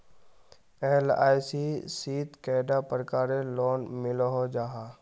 LIC शित कैडा प्रकारेर लोन मिलोहो जाहा?